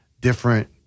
different